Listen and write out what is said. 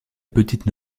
petite